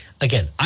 Again